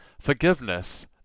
Forgiveness